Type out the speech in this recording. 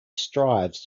strives